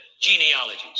genealogies